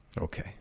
Okay